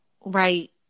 right